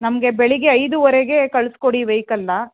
ನಮಗೆ ಬೆಳಿಗ್ಗೆ ಐದೂವರೆಗೆ ಕಳಿಸ್ಕೊಡಿ ವೈಕಲನ್ನ